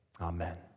amen